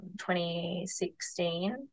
2016